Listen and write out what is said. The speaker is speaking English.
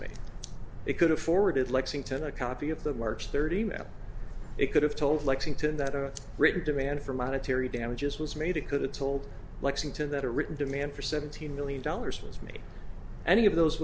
made it could have forwarded lexington a copy of the march thirty map it could have told lexington that a written demand for monetary damages was made it could have told lexington that a written demand for seventeen million dollars was made any of those